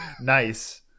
Nice